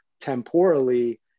temporally